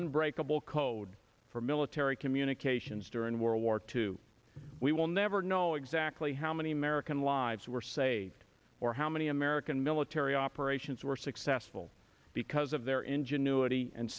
unbreakable code for military communications during world war to we will never know exactly how many american lives were saved or how many american military operations were successful because of their ingenuity and